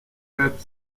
wärt